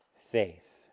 faith